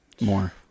more